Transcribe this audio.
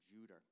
Judah